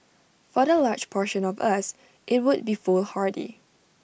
for the large portion of us IT would be foolhardy